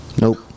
Nope